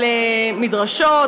על מדרשות,